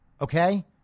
okay